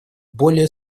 более